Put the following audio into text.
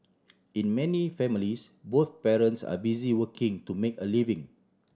in many families both parents are busy working to make a living